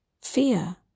fear